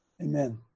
amen